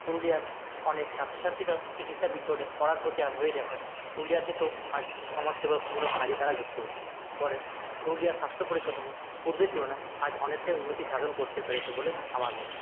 পুরুলিয়ার অনেক ছাত্রছাত্রীরা চিকিৎসাবিজ্ঞানে পড়ার প্রতি আগ্রহী দেখালে পুরুলিয়া থেকেও আজ সমাজসেবামূলক কাজে তারা যুক্ত হচ্ছে পরে পুরুলিয়ার স্বাস্থ্য পরিকাঠামো পূর্বের তুলনায় আজ অনেকটাই উন্নতি সাধন করতে পেরেছে বলে আমার মনে হয়